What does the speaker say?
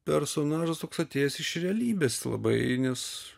personažas toks atėjęs iš realybės labai nes